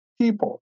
people